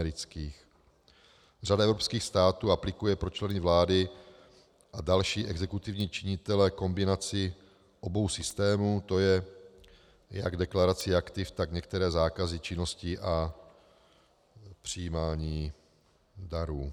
Řada evropských států aplikuje pro členy vlády a další exekutivní činitele kombinaci obou systémů, jak deklaraci aktiv, tak některé zákazy činností a přijímání darů.